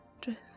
drift